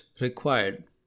required